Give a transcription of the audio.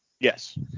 Yes